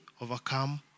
overcome